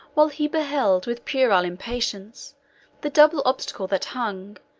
while he beheld with puerile impatience the double obstacle that hung,